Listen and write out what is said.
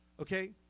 Okay